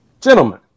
Gentlemen